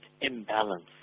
imbalance